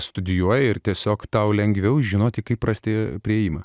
studijuoji ir tiesiog tau lengviau žinoti kaip rasti priėjimą